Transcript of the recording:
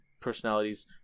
personalities